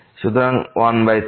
সুতরাং 1 বাই 3